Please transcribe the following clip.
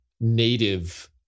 native